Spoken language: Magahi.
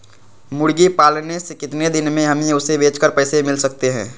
मुर्गी पालने से कितने दिन में हमें उसे बेचकर पैसे मिल सकते हैं?